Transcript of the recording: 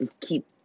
keep